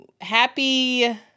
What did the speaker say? happy